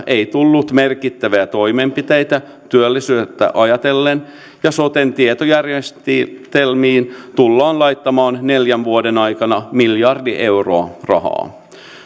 ei tullut merkittäviä toimenpiteitä työllisyyttä ajatellen ja soten tietojärjestelmiin tullaan laittamaan neljän vuoden aikana miljardi euroa rahaa